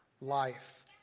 life